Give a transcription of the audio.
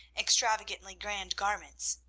extravagantly grand garments,